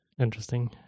Interesting